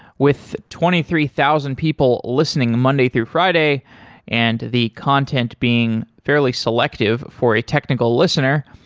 with twenty three thousand people listening monday through friday and the content being fairly selective for a technical listener,